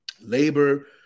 labor